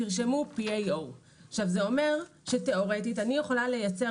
תרשמו PAO. עכשיו זה אומר שתאורטית אני יכולה לייצר